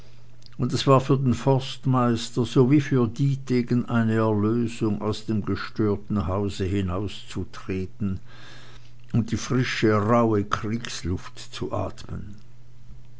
und es war für den forstmeister sowie für dietegen eine erlösung aus dem gestörten hause hinauszutreten und die frische rauhe kriegesluft zu atmen